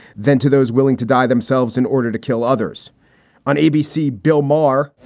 then to those willing to die themselves in order to kill others on abc bill marr,